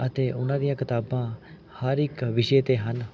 ਅਤੇ ਉਹਨਾਂ ਦੀਆਂ ਕਿਤਾਬਾਂ ਹਰ ਇੱਕ ਵਿਸ਼ੇ 'ਤੇ ਹਨ